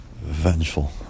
vengeful